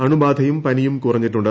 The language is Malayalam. അണുബാധയും പനിയും കുറഞ്ഞിട്ടുണ്ട്